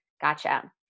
Gotcha